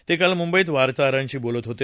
ते काल मुंबईत वार्ताहरांशी बोलत होते